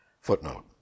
Footnote